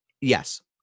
Yes